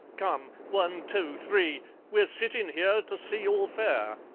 come, one! two! three we're sittin' here to see all fair.